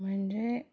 म्हणजे